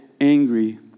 angry